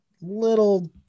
little